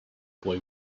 boy